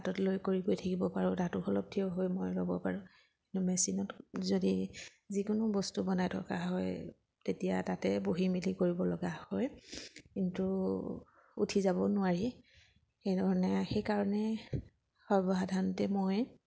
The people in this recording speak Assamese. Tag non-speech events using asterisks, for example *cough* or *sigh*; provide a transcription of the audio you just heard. হাতত লৈ কৰি গৈ থাকিব পাৰোঁ *unintelligible* হৈ মই ল'ব পাৰোঁ কিন্তু মেচিনত যদি যিকোনো বস্তু বনাই থকা হয় তেতিয়া তাতে বহি মেলি কৰিব লগা হয় কিন্তু উঠি যাব নোৱাৰি সেইধৰণে সেইকাৰণে সৰ্বসাধাৰণতে মই